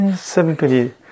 simply